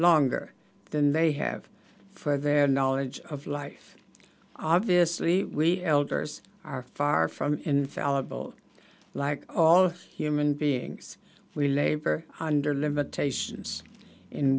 longer than they have for their knowledge of life obviously we elders are far from infallible like all human beings we labor under limitations in